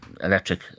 electric